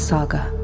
Saga